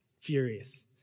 furious